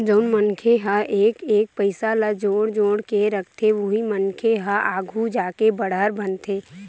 जउन मनखे ह एक एक पइसा ल जोड़ जोड़ के रखथे उही मनखे मन ह आघु जाके बड़हर बनथे